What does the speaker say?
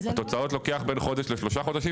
התוצאות לוקחות בין חודש לשלושה חודשים